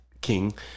king